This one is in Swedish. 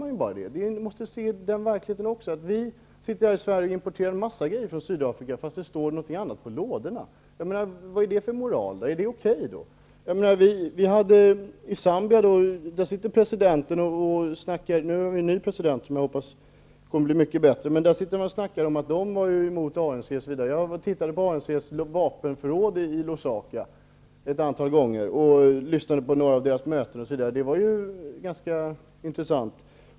Vi måste kunna se den verkligheten också. Vi importerar alltså en hel del grejor från Sydafrika, även om det står något annat på lådorna. Vad är det för moral? Är det okej? I Zambia, som ju nu fått en ny president, talar man om att man är emot ANC. Jag besökte ANC:s vapenförråd i Lusaka ett antal gånger och deltog i ANC:s möten. Det var ganska intressant.